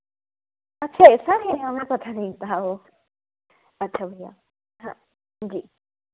अच्छे हैं सर ये हमें पता नहीं था वह अच्छा भैया हाँ जी